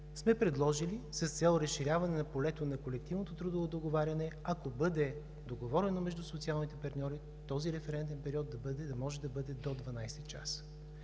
сме предложили с цел разширяване на полето на колективното трудово договаряне, ако бъде договорено между социалните партньори, референтният период да може да бъде до 12 часа.